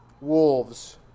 wolves